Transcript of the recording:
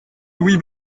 louis